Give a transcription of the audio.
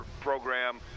program